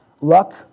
luck